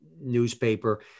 newspaper